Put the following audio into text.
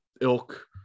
ilk